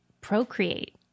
procreate